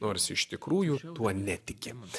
nors iš tikrųjų tuo netiki